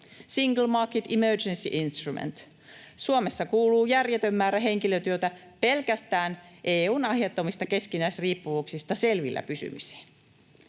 Single Market Emergency Instrument. Suomessa kuluu järjetön määrä henkilötyötä pelkästään EU:n aiheuttamista keskinäisriippuvuuksista selvillä pysymiseen.